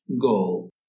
goal